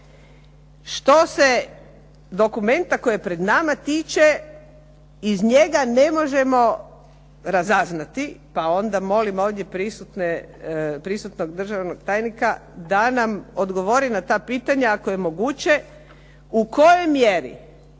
Što se dokumenta koji je pred nama tiče, iz njega ne možemo razaznati pa onda molim ovdje prisutnog državnog tajnika da nam odgovori na to pitanje, ako je moguće, u kojoj mjeri